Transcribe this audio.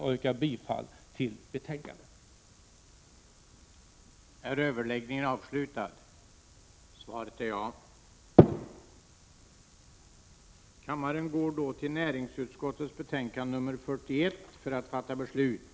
Jag yrkar bifall till utskottets förslag.